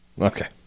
Okay